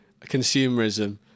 consumerism